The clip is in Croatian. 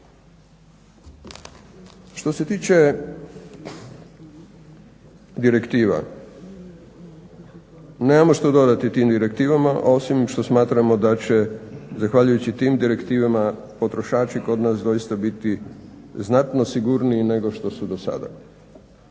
Što se tiče direktiva, nemamo što dodati tim direktivama osim što smatramo da će zahvaljujući tim direktivama potrošači kod nas doista biti znatno sigurniji nego što su dosada.